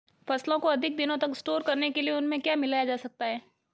फसलों को अधिक दिनों तक स्टोर करने के लिए उनमें क्या मिलाया जा सकता है?